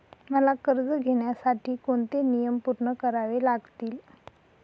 मला कर्ज घेण्यासाठी कोणते नियम पूर्ण करावे लागतील?